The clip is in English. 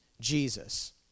Jesus